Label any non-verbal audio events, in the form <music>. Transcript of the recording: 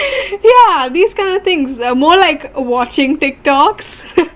<laughs> ya these kind of things there are more like watching tiktoks